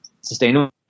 sustainable